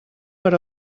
per